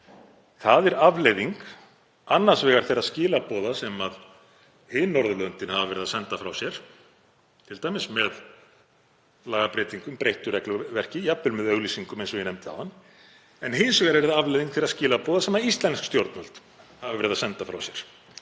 vegar afleiðing þeirra skilaboða sem hin Norðurlöndin hafa verið að senda frá sér, t.d. með lagabreytingum, breyttu regluverki, jafnvel með auglýsingum, eins og ég nefndi áðan. Hins vegar er það afleiðing þeirra skilaboða sem íslensk stjórnvöld hafa verið að senda frá sér